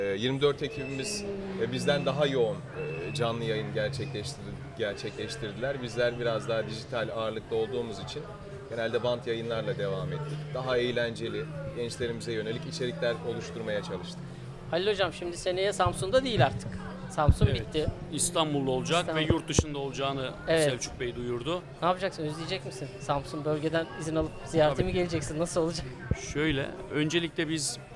Ee, 24 ekibimiz, e, bizden daha yoğun, e, canlı yayın gerçekleştirdi- gerçekleştirdiler. Bizler biraz daha dijital ağırlıklı olduğumuz için genelde bant yayınlarla devam ettik. Daha eğlenceli, gençlerimize yönelik içerikler oluşturmaya çalıştık. Halil hocam, şimdi seneye Samsun'da değil artık. Samsun Evet, bitti. İstanbul'da olacak ve İstanbul. yurt dışında olacağını Evet. Selçuk Bey duyurdu. Ne yapacaksın, özleyecek misin? Samsun bölgeden izin alıp Tabii. ziyarete mi geleceksin? Nasıl olacak? Şöyle, öncelikle biz